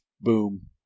boom